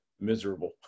miserable